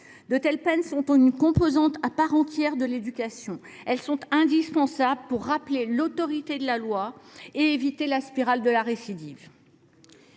De telles peines sont une composante à part entière de l’éducation. Elles sont indispensables pour rappeler l’autorité de la loi et éviter la spirale de la récidive.